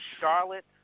Charlotte